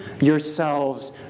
yourselves